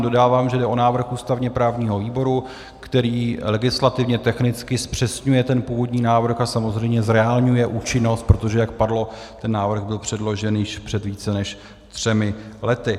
Dodávám, že jde o návrh ústavněprávního výboru, který legislativně technicky zpřesňuje původní návrh a samozřejmě zreálňuje účinnost, protože jak padlo, ten návrh byl předložen již před více než třemi lety.